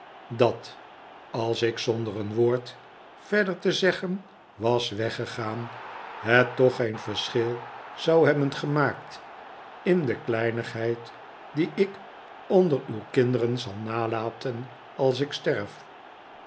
dat als ik zonder een woord verder te zeggen was weggegaan het toch geen verschil zou hebben gemaakt in de kleinigheid die ik onder uw kinderen zal nalaten als ik sterf